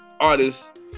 artist